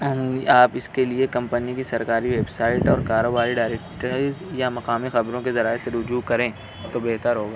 آپ اس کے لئے کمپنی کی سرکاری ویب سائٹ اور کاروباری ڈائریکٹریز یا مقامی خبروں کے ذرائع سے رجوع کریں تو بہتر ہوگا